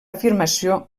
afirmació